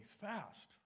fast